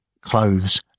clothes